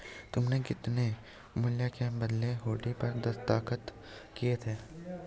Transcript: तुमने कितने मूल्य के बदले हुंडी पर दस्तखत किए थे?